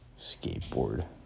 skateboard